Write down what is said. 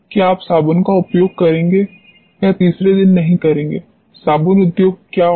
क्या आप साबुन का उपयोग करेंगे या तीसरे दिन नहीं करेंगे साबुन उद्योग का क्या होगा